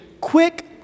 Quick